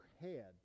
head